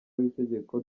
w’itegeko